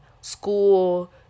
school